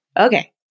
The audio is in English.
Okay